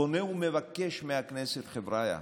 פונה ומבקש מהכנסת: חבריא,